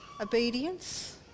obedience